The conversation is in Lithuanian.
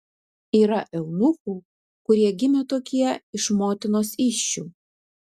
yra eunuchų kurie gimė tokie iš motinos įsčių